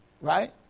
right